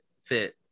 fit